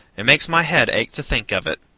it makes my head ache to think of it.